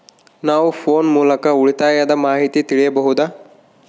ನಾವು ಫೋನ್ ಮೂಲಕ ಉಳಿತಾಯದ ಮಾಹಿತಿ ತಿಳಿಯಬಹುದಾ?